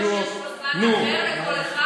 יש פה זמן אחר לכל אחד?